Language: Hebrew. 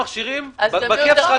זה 6 מכשירים מכל